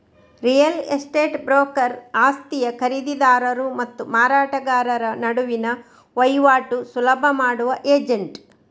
real estate broker ಆಸ್ತಿಯ ಖರೀದಿದಾರರು ಮತ್ತು ಮಾರಾಟಗಾರರ ನಡುವಿನ ವೈವಾಟು ಸುಲಭ ಮಾಡುವ ಏಜೆಂಟ್